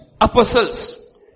apostles